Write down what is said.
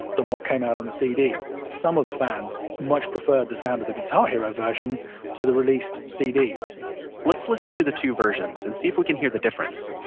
what came out on the cd some of the fans much preferred the sound of the guitar hero version to the released cd let's listen to the two versions, and see if we can hear the difference.